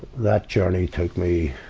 that journey took me,